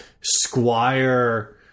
Squire